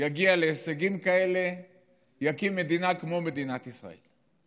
יגיע להישגים כאלה ויקים מדינה כמו מדינת ישראל.